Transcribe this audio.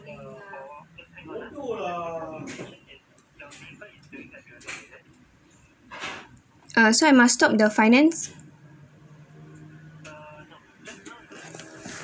uh so I must stop the finance